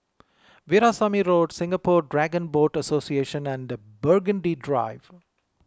Veerasamy Road Singapore Dragon Boat Association and Burgundy Drive